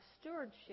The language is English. stewardship